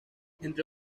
entre